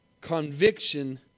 conviction